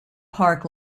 park